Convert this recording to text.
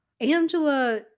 Angela –